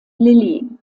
lilly